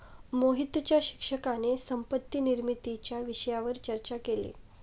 मोहितच्या शिक्षकाने संपत्ती निर्मितीच्या विषयावर चर्चा केली